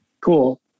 cool